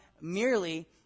merely